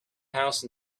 house